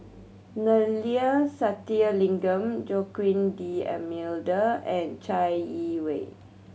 Neila Sathyalingam Joaquim D'Almeida and Chai Yee Wei